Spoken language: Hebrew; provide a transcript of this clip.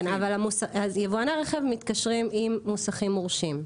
כן, יבואני רכב מתקשרים עם מוסכים מורשים.